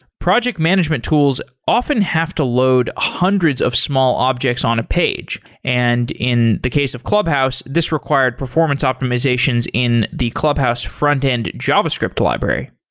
project management tools often have to load hundreds of small objects on a page, and in the case of clubhouse, this required performance optimizations in the clubhouse frontend javascript library.